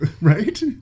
Right